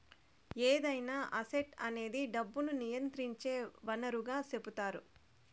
ఏదైనా అసెట్ అనేది డబ్బును నియంత్రించే వనరుగా సెపుతారు